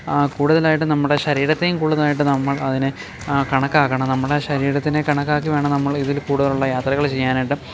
കൂടുതലായിട്ടും നമ്മുടെ ശരീരത്തേയും കൂടുതലായിട്ട് നമ്മൾ അതിനെ കണക്കാക്കണം നമ്മുടെ ശരീരത്തിനെ കണക്കാക്കി വേണം നമ്മൾ ഇതിൽ കൂടുതലുള്ള യാത്രകൾ ചെയ്യാനായിട്ട്